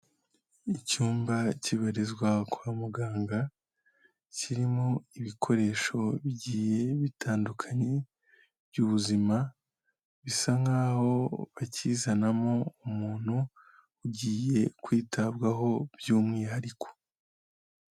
Icyumba kibarizwa kwa muganga kirimo ibikoresho bigiye bitandukanye by'ubuzima bisa nkaho bakizanamo umuntu ugiye kwitabwaho by'umwihariko.